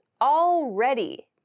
already